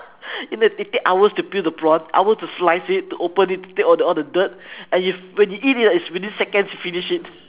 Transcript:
you know it take hours to peel the prawn hours to slice it to open it to take all the all the dirt and you when you eat ah it is within seconds you finish it